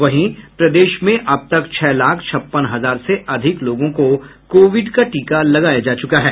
वहीं प्रदेश में अब तक छह लाख छप्पन हजार से अधिक लोगों को कोविड का टीका लगाया जा चुका है